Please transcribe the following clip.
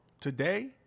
today